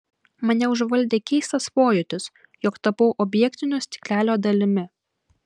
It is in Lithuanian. mane užvaldė keistas pojūtis jog tapau objektinio stiklelio dalimi